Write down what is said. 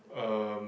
um